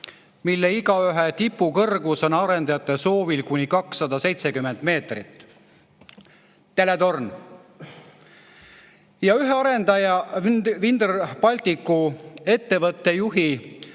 mille igaühe tipu kõrgus on arendajate soovil kuni 270 meetrit. Teletorn! Ja ühe arendaja, Vindr Balticu ettevõtte juhi